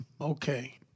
okay